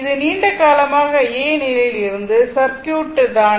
இது நீண்ட காலமாக A என்ற நிலையில் இருந்த சர்க்யூட் தான்